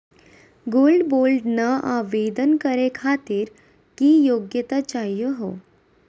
Gold bond ल आवेदन करे खातीर की योग्यता चाहियो हो?